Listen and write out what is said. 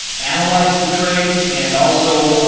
analyze the trade, and also,